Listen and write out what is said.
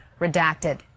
redacted